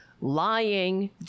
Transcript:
lying